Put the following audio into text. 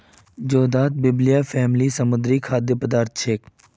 जोदाक बिब्लिया फॅमिलीर समुद्री खाद्य पदार्थ छे